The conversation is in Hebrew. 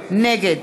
נגד